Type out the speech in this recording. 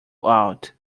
out